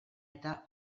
eta